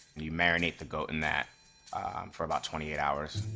you marinate the goat in that for about twenty eight hours